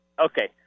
Okay